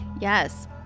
yes